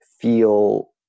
feel